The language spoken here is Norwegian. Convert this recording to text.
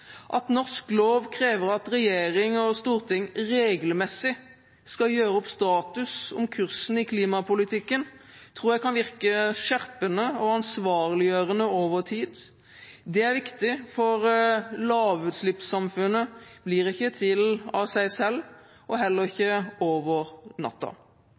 At norsk lov krever at regjering og storting regelmessig skal gjøre opp status om kursen i klimapolitikken, tror jeg kan virke skjerpende og ansvarliggjørende over tid. Det er viktig, for lavutslippssamfunnet blir ikke til av seg selv, og heller ikke over natta.